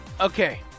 Okay